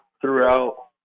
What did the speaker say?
throughout